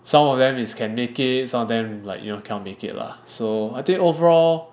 some of them is can make it some of them like you know cannot make it lah so I think overall